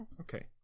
Okay